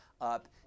up